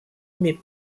mais